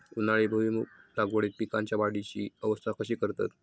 उन्हाळी भुईमूग लागवडीत पीकांच्या वाढीची अवस्था कशी करतत?